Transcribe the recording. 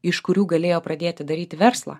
iš kurių galėjo pradėti daryti verslą